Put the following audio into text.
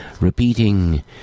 repeating